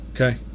Okay